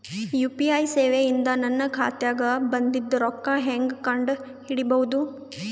UPI ಸೇವೆ ಇಂದ ನನ್ನ ಖಾತಾಗ ಬಂದಿದ್ದ ರೊಕ್ಕ ಹೆಂಗ್ ಕಂಡ ಹಿಡಿಸಬಹುದು?